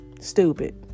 Stupid